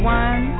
one